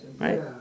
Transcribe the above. right